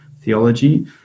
theology